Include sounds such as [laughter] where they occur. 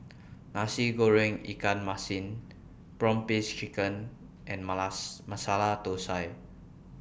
Nasi Goreng Ikan Masin Prawn Paste Chicken and [unintelligible] Masala Thosai